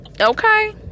okay